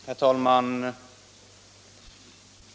Herr talman!